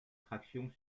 traction